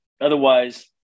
Otherwise